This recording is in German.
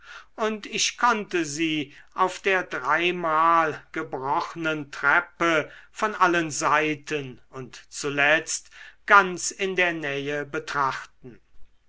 und ich konnte sie auf der dreimal gebrochnen treppe von allen seiten und zuletzt ganz in der nähe betrachten